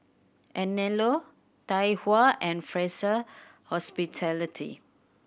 Anello Tai Hua and Fraser Hospitality